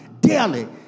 daily